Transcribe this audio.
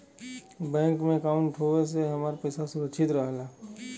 bank में अंकाउट होये से हमार पइसा सुरक्षित रहला